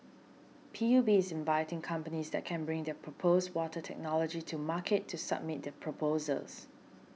P U B is inviting companies that can bring their proposed water technology to market to submit their proposals